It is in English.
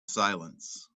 silence